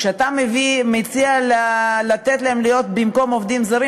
כשאתה מציע לתת להם להיות במקום עובדים זרים,